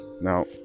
now